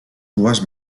dues